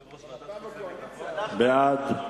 בעד, 17,